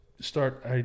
start